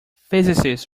physicists